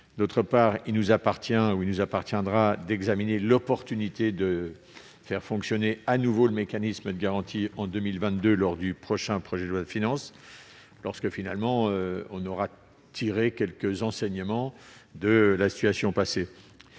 d'autre part, il nous reviendra d'examiner l'opportunité de refaire fonctionner le mécanisme de garantie en 2022 lors du prochain projet de loi de finances, lorsque nous aurons tiré quelques enseignements de la situation passée.